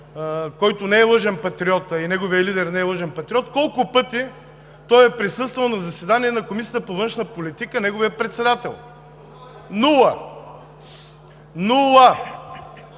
който не е лъжепатриот, а и неговият лидер не е лъжепатриот: колко пъти той е присъствал на заседания на Комисията по външна политика – неговият председател? Нула, нула!